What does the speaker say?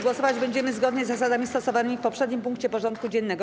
Głosować będziemy zgodnie z zasadami stosowanymi w poprzednim punkcie porządku dziennego.